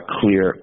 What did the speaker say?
clear